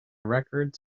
records